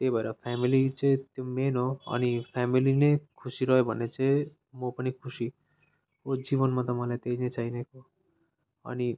त्यही भएर फ्यामिली चाहिँ मेन हो अनि फ्यामिली नै खुसी रह्यो भने चाहिँ म पनि खुसी हो जीवनमा त मलाई त्यही नै चाहिएको हो अनि